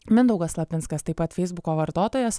mindaugas lapinskas taip pat feisbuko vartotojas